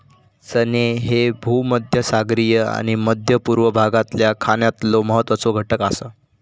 चणे ह्ये भूमध्यसागरीय आणि मध्य पूर्व भागातल्या खाण्यातलो महत्वाचो घटक आसा